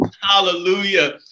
Hallelujah